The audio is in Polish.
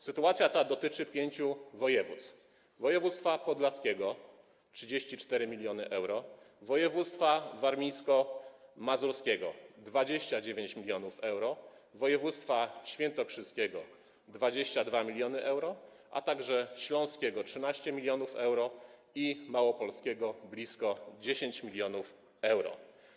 Sytuacja ta dotyczy pięciu województw: województwa podlaskiego - 34 mln euro, województwa warmińsko-mazurskiego - 29 mln euro, województwa świętokrzyskiego - 22 mln euro, a także województw śląskiego - 13 mln euro i małopolskiego - blisko 10 mln euro.